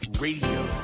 Radio